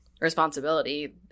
responsibility